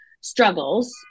struggles